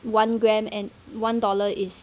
one gram and one dollar is